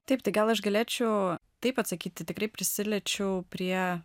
taip tai gal aš galėčiau taip atsakyti tikrai prisiliečiau prie